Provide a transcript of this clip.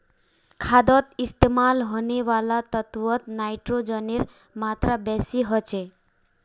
खादोत इस्तेमाल होने वाला तत्वोत नाइट्रोजनेर मात्रा बेसी होचे